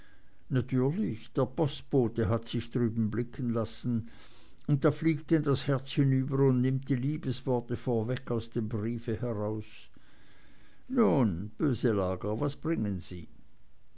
natürlich der postbote hat sich drüben blicken lassen und da fliegt denn das herz hinüber und nimmt die liebesworte vorweg aus dem brief heraus nun böselager was bringen sie